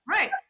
Right